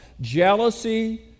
jealousy